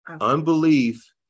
Unbelief